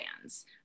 fans